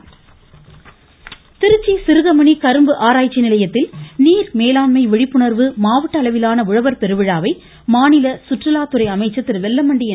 மமம வெல்லமண்ட நடராஜன் திருச்சி சிறுகமணி கரும்பு ஆராய்ச்சி நிலையத்தில் நீர்மேலாண்மை விழிப்புணர்வு மாவட்ட அளவிலான உழவர் பெருவிழாவை மாநில குற்றுலாத்துறை அமைச்சர் திருவெல்லமண்டி என்